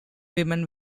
women